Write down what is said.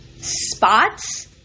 spots